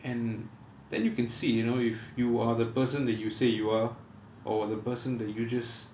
and then you can see you know if you are the person that you said you are or the person that you just